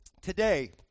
Today